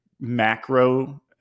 macro